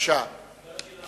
אפשר עוד שאלה?